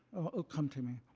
ah come to me.